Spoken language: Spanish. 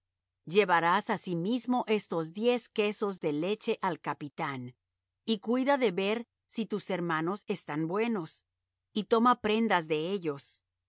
llevarás asimismo estos diez quesos de leche al capitán y cuida de ver si tus hermanos están buenos y toma prendas de ellos